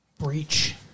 breach